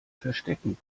verstecken